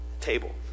table